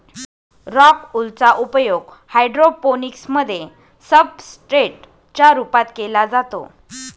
rock wool चा उपयोग hydroponics मध्ये सब्सट्रेट च्या रूपात केला जातो